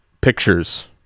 Pictures